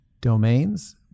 domains